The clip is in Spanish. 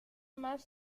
más